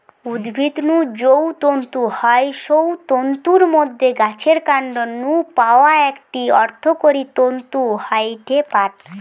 উদ্ভিদ নু যৌ তন্তু হয় সৌ তন্তুর মধ্যে গাছের কান্ড নু পাওয়া একটি অর্থকরী তন্তু হয়ঠে পাট